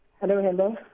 Hello